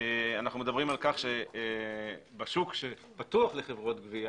אנו מדברים על כך שבשוק שפתוח לחברות גבייה